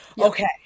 Okay